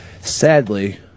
sadly